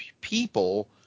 people